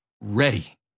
ready